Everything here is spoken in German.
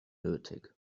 nötig